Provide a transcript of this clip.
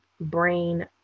brain